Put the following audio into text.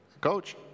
coach